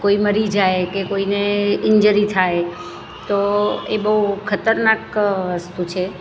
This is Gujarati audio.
કોઈ મરી જાય કે કોઈને ઇન્જરી થાય તો એ બહુ ખતરનાક વસ્તુ છે